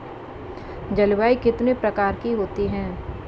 जलवायु कितने प्रकार की होती हैं?